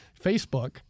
Facebook